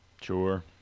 Sure